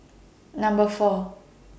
Number four